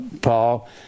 Paul